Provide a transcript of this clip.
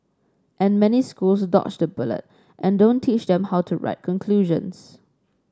and many schools dodge the bullet and don't teach them how to write conclusions